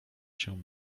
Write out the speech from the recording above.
się